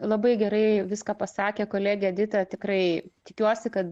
labai gerai viską pasakė kolegė edita tikrai tikiuosi kad